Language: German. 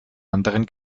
anderen